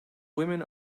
women